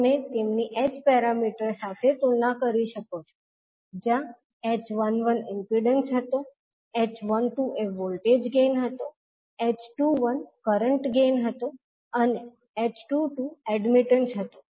તમે તેમની h parameters સાથે તુલના કરી શકો છો જ્યાં h11 ઇમ્પિડન્સ હતો h12 એ વોલ્ટેજ ગેઇન હતો h21 કરંટ ગેઇન હતો અને h22 એડમિટન્સ હતો